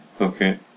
Okay